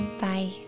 Bye